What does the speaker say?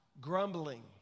grumbling